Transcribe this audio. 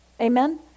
Amen